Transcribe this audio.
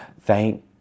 thank